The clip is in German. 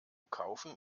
kaufen